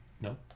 No